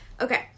Okay